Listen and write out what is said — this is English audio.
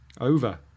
Over